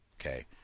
Okay